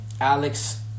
Alex